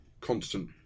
constant